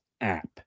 app